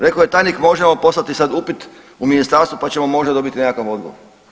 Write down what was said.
Rekao je tajnik možemo poslati sad upit u ministarstvo pa ćemo možda dobiti nekakav odgovor.